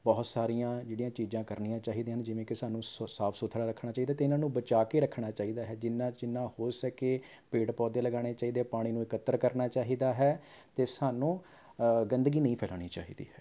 ਬਹੁਤ ਸਾਰੀਆਂ ਜਿਹੜੀਆਂ ਚੀਜ਼ਾਂ ਕਰਨੀਆਂ ਚਾਹੀਦੀਆਂ ਹਨ ਜਿਵੇਂ ਕਿ ਸਾਨੂੰ ਸ ਸਾਫ ਸੁਥਰਾ ਰੱਖਣਾ ਚਾਹੀਦਾ ਹੈ ਅਤੇ ਇਹਨਾਂ ਨੂੰ ਬਚਾਅ ਕੇ ਰੱਖਣਾ ਚਾਹੀਦਾ ਹੈ ਜਿੰਨਾ ਜਿੰਨਾ ਹੋ ਸਕੇ ਪੇੜ ਪੌਦੇ ਲਗਾਉਣੇ ਚਾਹੀਦੇ ਆ ਪਾਣੀ ਨੂੰ ਇਕੱਤਰ ਕਰਨਾ ਚਾਹੀਦਾ ਹੈ ਅਤੇ ਸਾਨੂੰ ਗੰਦਗੀ ਨਹੀਂ ਫੈਲਾਉਣੀ ਚਾਹੀਦੀ ਹੈ